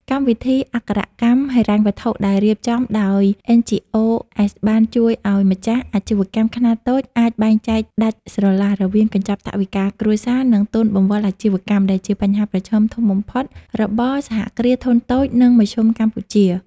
កម្មវិធីអក្ខរកម្មហិរញ្ញវត្ថុដែលរៀបចំដោយ NGOs បានជួយឱ្យម្ចាស់អាជីវកម្មខ្នាតតូចអាចបែងចែកដាច់ស្រឡះរវាង "កញ្ចប់ថវិកាគ្រួសារ" និង "ទុនបង្វិលអាជីវកម្ម" ដែលជាបញ្ហាប្រឈមធំបំផុតរបស់ សហគ្រាសធុនតូច និងមធ្យមកម្ពុជា។